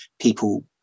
people